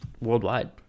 worldwide